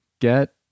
Get